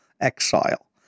exile